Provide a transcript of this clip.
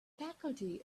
faculty